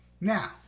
Now